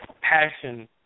passion